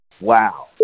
wow